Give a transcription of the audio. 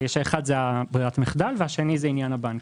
שהאחד הוא ברירת המחדל והשני הוא עניין הבנקים.